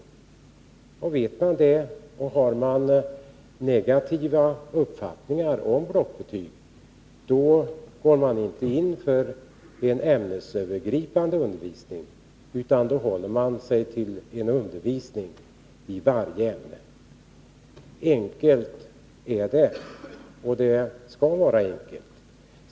Vet man detta och har man en negativ inställning till blockbetygen, går man inte in för ämnesövergripande undervisning utan håller sig till en undervisning i varje ämne för sig. Enkelt är det, och det skall vara enkelt.